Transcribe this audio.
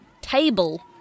table